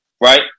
Right